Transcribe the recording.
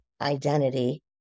identity